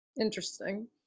Interesting